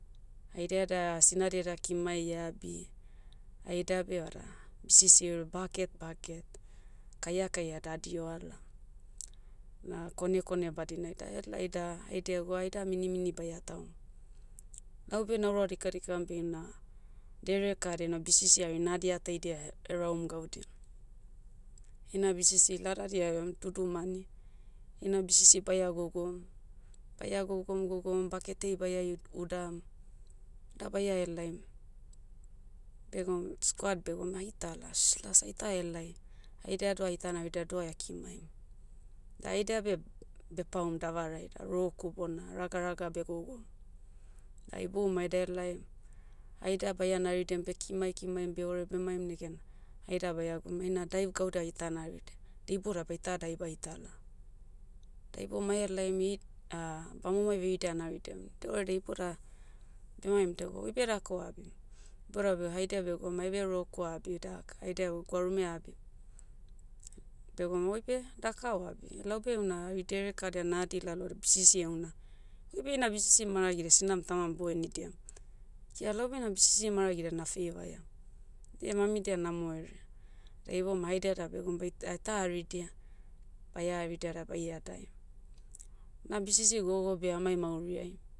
Haidia da, sinadia eda kimai eabi, haida beh vada, bisisi eore bucket bucket, kaia kaia da adio ala. Na kone kone badinai da helai da, haidia ego aida minimini baia tahum. Laube naura dikadikam beh ina, dere kadia na bisisi hari nadi ataidia, eraum gaudia. Heina bisisi ladadia eva dudumani. Heina bisisi baia gogom. Baia gogom gogom baketiai baia i- udam, da baia helaim. Begoum- squad begoum aitala sh, las aita helai. Haidia doh aita naridia doh ekimaim. Da haida beh, bepaum davarai da roku bona ragaraga begogom. Ai iboumai daelai, haida baia naridiam beh kimai kimaim beore bemaim negena, haida baia goum eina daiv gauda aita narid, da iboudai baita dai baitala. Da iboumai ahelaim it- bamomai veridia anaridiam. Dia readia iboda, bemaim dego oibe daka oabim. Bodabe- haida begoum aibe roku abi dak haida e gwarume abi. Begoum oibe, daka oabi. Laube una hari dere kadia nadi lalodi bisisi euna. Oibe ina bisisi maragidia sinam tamam bohenidiam. Ia laube na bisisi maragidia na feivaiam. Dia mamidia namoherea. Da ibouma haidia da begoum bait- aita haridia. Baia haridia da baia dae. Na bisisi gogo beh amai mauri ai.